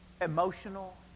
emotional